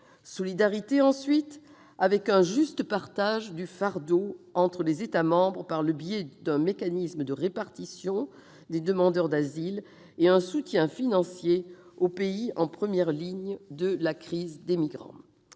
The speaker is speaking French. Solidarité, ensuite, avec un juste partage du fardeau entre les États membres par le biais d'un mécanisme de répartition des demandeurs d'asile et d'un soutien financier aux pays en première ligne de la crise des migrants.